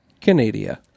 Canada